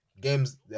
games